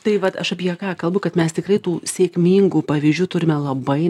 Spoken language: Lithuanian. tai vat aš apie ką kalbu kad mes tikrai tų sėkmingų pavyzdžių turime labai